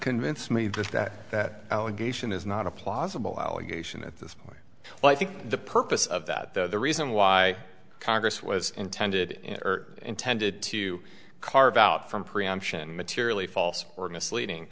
convinced me that that that allegation is not a plausible allegation at this point well i think the purpose of that the reason why congress was intended or intended to carve out from preemption materially false or misleading